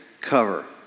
cover